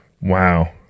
Wow